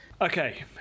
Okay